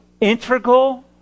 integral